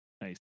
Nice